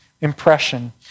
impression